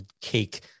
cake